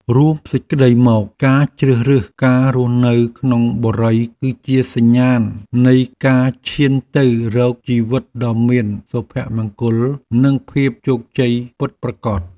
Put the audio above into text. រួមសេចក្តីមក ការជ្រើសរើសការរស់នៅក្នុងបុរីគឺជាសញ្ញាណនៃការឈានទៅរកជីវិតដ៏មានសុភមង្គលនិងភាពជោគជ័យពិតប្រាកដ។